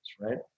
right